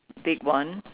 big one